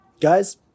Guys